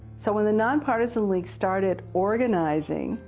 so when the nonpartisan league started organizing,